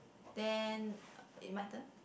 then uh eh my turn